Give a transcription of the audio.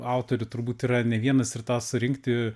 autorių turbūt yra ne vienas ir tą surinkti